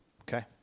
Okay